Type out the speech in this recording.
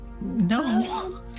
no